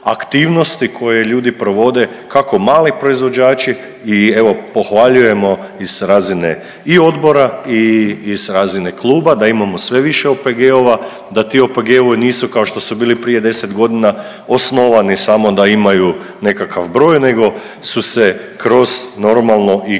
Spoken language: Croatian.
koje ljudi provode kako mali proizvođači i evo pohvaljujemo i s razine i odbora i s razine kluba da imamo sve više OPG-ova, da ti OPG-ovi nisu kao što su bili prije 10 godina osnovani samo da imaju nekakav broj, nego su se kroz normalno i